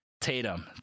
Tatum